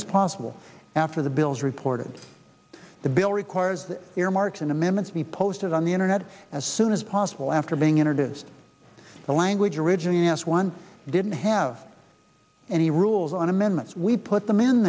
as possible after the bills reported the bill requires that earmarks in amendments be posted on the internet as soon as possible after being introduced the language originally asked one didn't have any rules on amendments we put them in